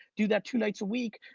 do that two nights a week.